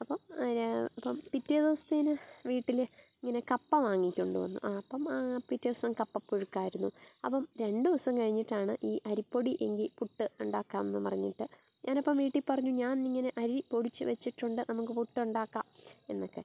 അപ്പം അപ്പം പിറ്റേ ദിവസത്തേന് വീട്ടിൽ ഇങ്ങനെ കപ്പ വാങ്ങിച്ചുകൊണ്ട് വന്ന് ആ അപ്പം പിറ്റേ ദിവസം കപ്പപ്പുഴുക്കായിരുന്നു അപ്പം രണ്ട് ദിവസം കഴിഞ്ഞിട്ടാണ് ഈ അരിപ്പൊടി എങ്കിൽ പുട്ട് ഉണ്ടാക്കാമെന്ന് പറഞ്ഞിട്ട് ഞാൻ അപ്പം വീട്ടിൽ പറഞ്ഞു ഞാൻ ഇങ്ങനെ അരി പൊടിച്ചു വച്ചിട്ടുണ്ട് നമുക്ക് പുട്ടുണ്ടാക്കാം എന്നൊക്കെ